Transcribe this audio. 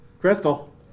Crystal